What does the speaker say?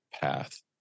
path